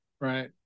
Right